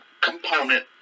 component